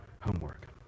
homework